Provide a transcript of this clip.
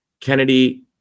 Kennedy